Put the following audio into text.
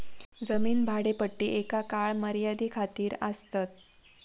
जमीन भाडेपट्टी एका काळ मर्यादे खातीर आसतात